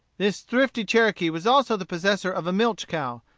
this thrifty cherokee was also the possessor of a milch cow.